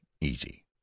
easy